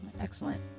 Excellent